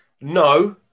No